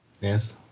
Yes